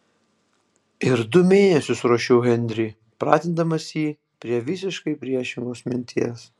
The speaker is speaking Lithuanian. ir du mėnesius ruošiau henrį pratindamas jį prie visiškai priešingos minties